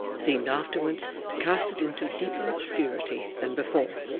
seemed afterwards to cast it into deeper obscurity than before.